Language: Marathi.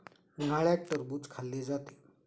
उन्हाळ्यात टरबूज खाल्ले जाते